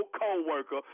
co-worker